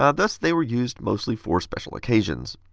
ah thus they were used mostly for special occasions.